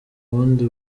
bundi